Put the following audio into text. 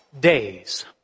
days